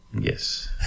Yes